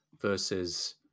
versus